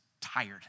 Tired